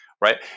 Right